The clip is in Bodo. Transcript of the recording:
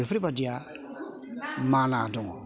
बेफोर बायदिया माना दङ